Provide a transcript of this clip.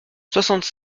soixante